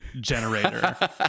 generator